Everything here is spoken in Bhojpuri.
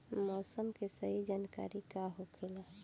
मौसम के सही जानकारी का होखेला?